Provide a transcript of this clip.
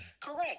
Correct